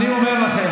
אני אומר לכם,